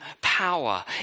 power